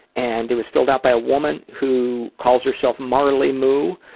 and it was filled out by a woman who calls herself marley moo.